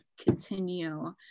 continue